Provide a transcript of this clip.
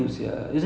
lawyer